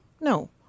No